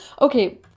Okay